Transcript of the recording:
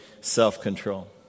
self-control